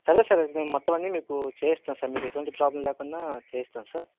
సరే సార్ నేను మొత్తం అన్నీ మీకు చేయిస్తాం సార్ మీకు ఎటువంటి ప్రాబ్లం లేకుండా చేయిస్తాం సార్